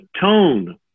tone